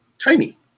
tiny